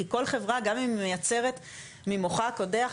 כי כל חברה גם אם היא מייצרת ממוחה הקודח,